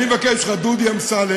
אני מבקש ממך, דודי אמסלם.